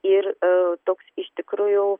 ir e toks iš tikrųjų